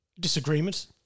disagreements